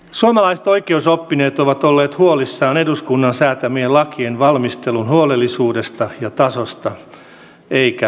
suomalaiset oikeusoppineet ovat olleet huolissaan eduskunnan säätämien lakien valmistelun huolellisuudesta ja tasosta eivätkä syyttä